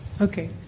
Okay